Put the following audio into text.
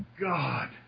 God